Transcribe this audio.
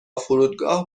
فرودگاه